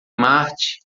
marte